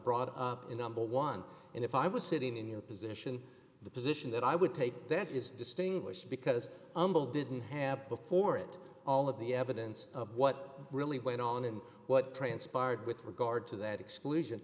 brought up in the one and if i was sitting in your position the position that i would take that is distinguished because i'm bill didn't have before it all of the evidence of what really went on and what transpired with regard to that exclusion